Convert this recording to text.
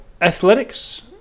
athletics